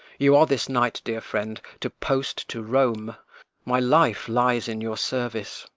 you are this night, dear friend, to post to rome my life lies in your service.